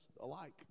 alike